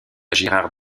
girard